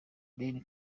ben